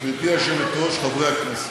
גברתי היושבת-ראש, חברי הכנסת,